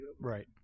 right